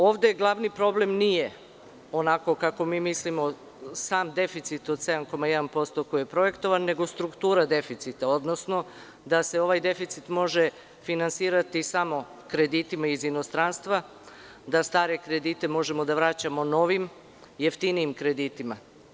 Ovde glavni problem nije onako kako mi mislimo – sam deficit od 7,1% koji je projektovan, nego struktura deficita, odnosno da se ovaj deficit može finansirati samo kreditima iz inostranstva, da stare kredite možemo da vraćamo novim jeftinijim kreditima.